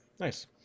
Nice